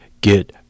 get